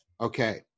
Okay